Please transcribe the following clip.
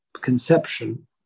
conception